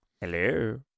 Hello